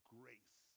grace